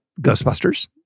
Ghostbusters